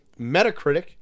Metacritic